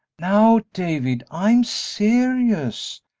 now, david, i'm serious,